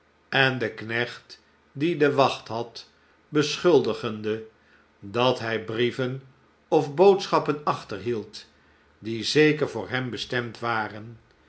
en den knecht die de wacht had beschuldigende dat hij brieven of boodschappen achterhield die zeker voor hem bestemd waren